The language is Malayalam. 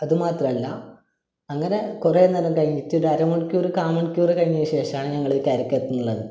അതുമാത്രമല്ല അങ്ങനെ കുറെ നേരം കഴിഞ്ഞിട്ട് ഒരര മണിക്കൂറ് കാ മണിക്കൂറ് കഴിഞ്ഞേ ശേഷമാണ് ഞങ്ങൾ കരക്കെത്തുന്നത്